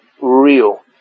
real